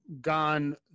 gone